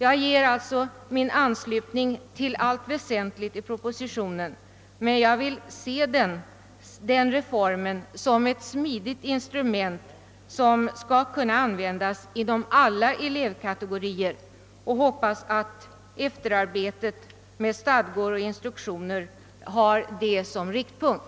Jag ger alltså min anslutning till allt väsentligt i propositionen, men jag vill se denna reform som ett smidigt instrument, som skall kunna användas för alla elevkategorier, och hoppas att man vid efterarbetet med stadgor och instruktioner har detta som riktpunkt.